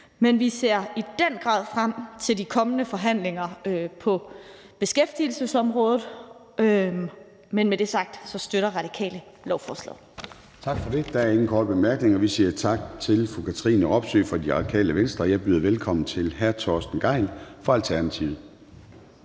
Men vi ser i den grad frem til de kommende forhandlinger på beskæftigelsesområdet, og med det sagt støtter Radikale lovforslaget.